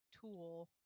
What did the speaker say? tool